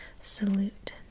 Salute